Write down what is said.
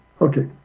Okay